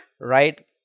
right